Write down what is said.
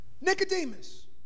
Nicodemus